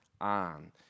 on